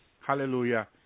hallelujah